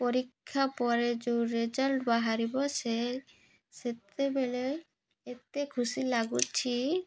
ପରୀକ୍ଷା ପରେ ଯେଉଁ ରେଜଲ୍ଟ ବାହାରିବ ସେ ସେତେବେଳେ ଏତେ ଖୁସି ଲାଗୁଛି